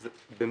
בכלל.